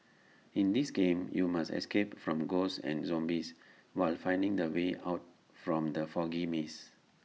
in this game you must escape from ghosts and zombies while finding the way out from the foggy maze